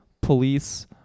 police